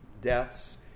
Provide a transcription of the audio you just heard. deaths